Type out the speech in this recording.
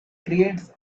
creates